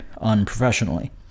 unprofessionally